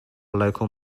local